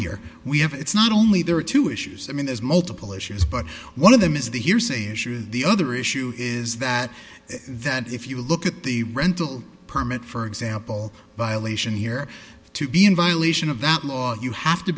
here we have it's not only there are two issues i mean there's multiple issues but one of them is the here's a issue the other issue is that that if you look at the rental permit for example violation here to be in violation of that law you have to